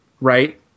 right